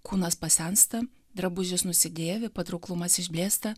kūnas pasensta drabužis nusidėvi patrauklumas išblėsta